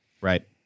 Right